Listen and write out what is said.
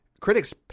critics